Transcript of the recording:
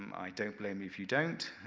um i don't blame you if you don't,